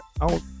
out